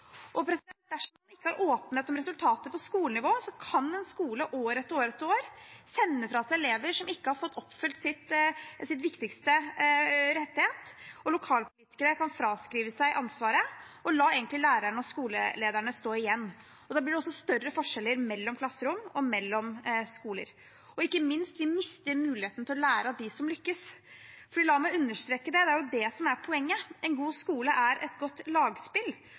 ikke er åpenhet om resultater på skolenivå, kan en skole år etter år etter år sende fra seg elever som ikke har fått oppfylt sin viktigste rettighet, og lokalpolitikere kan fraskrive seg ansvaret og la lærerne og skolelederne stå igjen. Da blir det også større forskjeller mellom klasserom og mellom skoler. Ikke minst mister vi også muligheten til å lære av dem som lykkes. La meg understreke det, det er det som er poenget. En god skole er et godt lagspill.